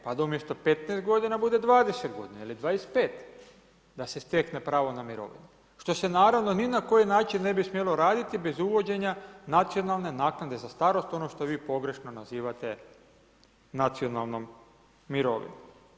Pa da umjesto 15 g. bude 20 g. ili 25 da se stekne pravo na mirovinu, što se naravno, ni na koji način ne bi smjelo raditi, bez uvođenja nacionalne naknade za starost, ono što vi pogrešno nazivate nacionalnom mirovinom.